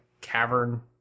cavern